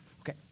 Okay